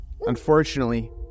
Unfortunately